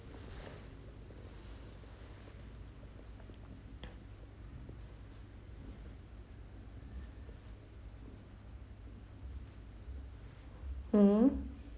hmm